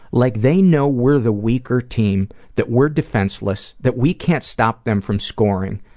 like they know we're the weaker team, that we're defenseless, that we can't stop them from scoring,